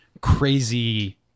crazy